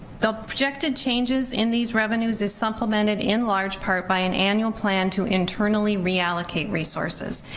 the projected changes in these revenues is supplemented in large part by an annual plan to internally reallocate resources,